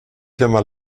firma